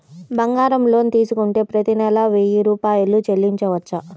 బంగారం లోన్ తీసుకుంటే ప్రతి నెల వెయ్యి రూపాయలు చెల్లించవచ్చా?